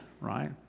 Right